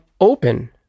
open